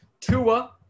Tua